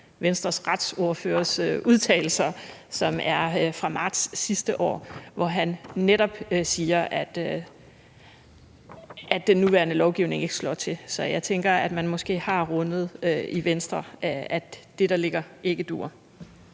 tidligere retsordførers udtalelser, som er fra marts sidste år, hvor han netop siger, at den nuværende lovgivning ikke slår til. Så jeg tænker, at man måske har rundet i Venstre, at det, der ligger, ikke duer.